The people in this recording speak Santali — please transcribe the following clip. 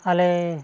ᱟᱞᱮ